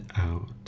out